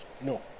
No